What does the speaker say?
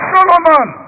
Solomon